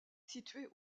située